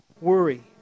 worry